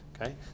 okay